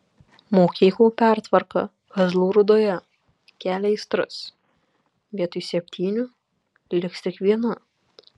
mokyklų pertvarka kazlų rūdoje kelia aistras vietoj septynių liks tik viena